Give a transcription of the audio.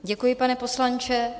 Děkuji, pane poslanče.